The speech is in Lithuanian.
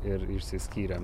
ir išsiskyrėm